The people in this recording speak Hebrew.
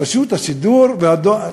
רשות השידור והדואר.